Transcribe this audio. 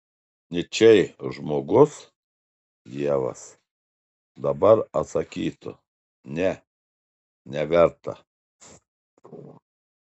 nyčei žmogus dievas dabar atsakytų ne neverta